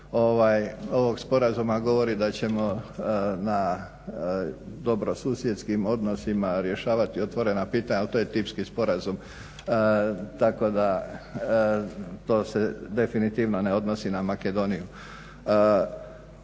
ovog sporazuma govori da ćemo dobrosusjedskim odnosima rješavati otvorena pitanja, ali to je tipski sporazum tako da se to definitivno ne odnosi na Makedoniju.